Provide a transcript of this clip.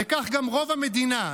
וכך גם רוב המדינה,